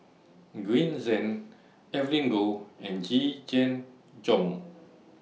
Green Zeng Evelyn Goh and Yee Jenn Jong